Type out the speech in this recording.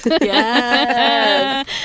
yes